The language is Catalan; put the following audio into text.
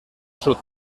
sud